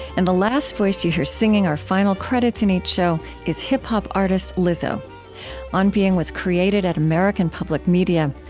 and the last voice that you hear, singing our final credits in each show, is hip-hop artist lizzo on being was created at american public media.